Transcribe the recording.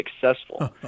successful